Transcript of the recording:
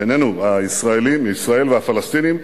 ישראל והפלסטינים,